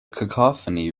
cacophony